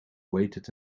waited